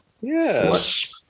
Yes